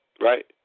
Right